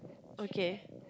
okay